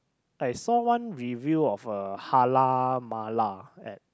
I saw one review of a halal Mala at